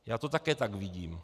Já to také tak vidím.